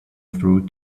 through